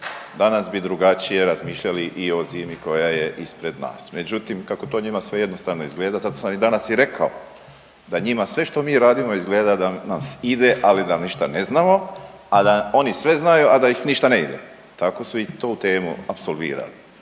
danas bi drugačije razmišljali i o zimi koja je ispred nas. Međutim, kako to njima sve jednostavno izgleda, zato sam danas i rekao da njima sve što mi radimo izgleda da nas ide, ali da ništa ne znamo, a da oni sve znaju, a da ih ništa ne ide. Tako su i u tu temu apsolvirali.